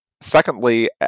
secondly